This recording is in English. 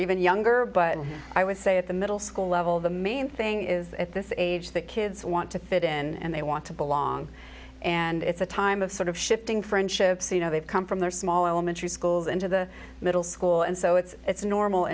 even younger but i would say at the middle school level the main thing is at this age that kids want to fit in and they want to belong and it's a time of sort of shifting friendships you know they've come from their small elementary schools into the middle school and so it's